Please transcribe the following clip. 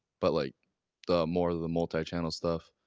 but like the more the multi-channel stuff